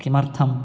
किमर्थम्